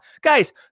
guys